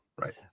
Right